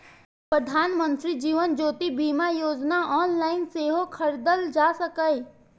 प्रधानमंत्री जीवन ज्योति बीमा योजना ऑनलाइन सेहो खरीदल जा सकैए